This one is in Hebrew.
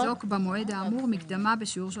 "תשולם לניזוק במועד האמור מקדמה בשיעור של